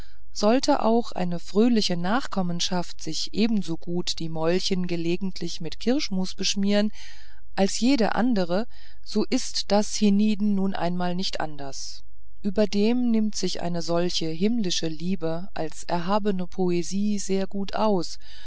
sollte auch eine fröhliche nachkommenschaft sich ebensogut die mäulchen gelegentlich mit kirschmus beschmieren als jede andere so ist das hienieden nun einmal nicht anders überdem nimmt sich eine solche himmlische liebe als erhabene poesie sehr gut aus